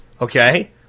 okay